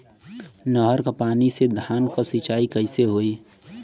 नहर क पानी से धान क सिंचाई कईसे होई?